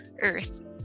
earth